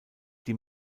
die